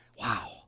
wow